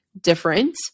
different